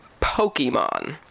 Pokemon